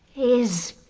is